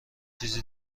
چیزی